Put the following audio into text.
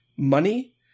Money